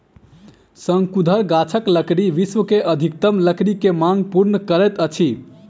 शंकुधर गाछक लकड़ी विश्व के अधिकतम लकड़ी के मांग पूर्ण करैत अछि